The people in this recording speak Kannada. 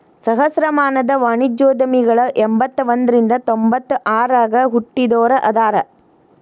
ಸಹಸ್ರಮಾನದ ವಾಣಿಜ್ಯೋದ್ಯಮಿಗಳ ಎಂಬತ್ತ ಒಂದ್ರಿಂದ ತೊಂಬತ್ತ ಆರಗ ಹುಟ್ಟಿದೋರ ಅದಾರ